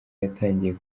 yatangiye